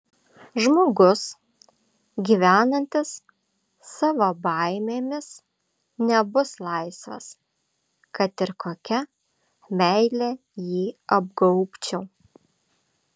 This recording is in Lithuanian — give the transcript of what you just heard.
žmogus gyvenantis savo baimėmis nebus laisvas kad ir kokia meile jį apgaubčiau